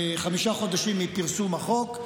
חמישה חודשים מפרסום החוק,